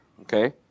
Okay